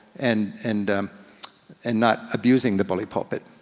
and and and not abusing the bully pulpit,